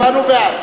הצבענו בעד.